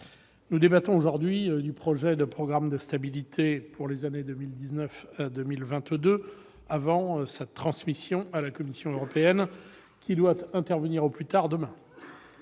nous débattons aujourd'hui du projet de programme de stabilité pour les années 2019 à 2022, avant sa transmission à la Commission européenne, qui doit intervenir au plus tard demain.